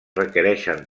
requereixen